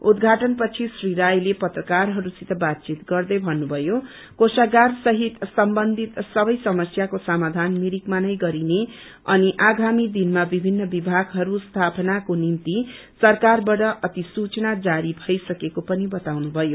उद्घाटनपछि श्री रायले पत्रकारहस्सित बातचित गर्दै भन्नुभयो कोषागारसित समबन्धित सबै समस्याको समाधान मिरिकमा नै गरिने अनि आगामी दिनमा विभिन्न विभागहरू स्थापनाको निम्ति सरकारबाट अधिसूचना जारी भइसकेको पनि बताउनुभयो